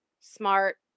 smart